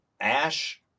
Ash